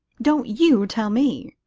don't you tell me!